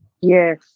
Yes